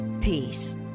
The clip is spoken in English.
peace